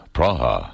Praha